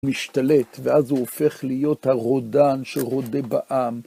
משתלט, ואז הוא הופך להיות הרודן שרודה בעם.